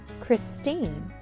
Christine